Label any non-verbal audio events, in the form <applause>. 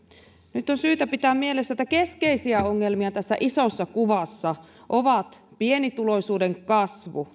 nyt on syytä pitää mielessä että keskeisiä ongelmia tässä isossa kuvassa ovat pienituloisuuden kasvu <unintelligible>